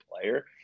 player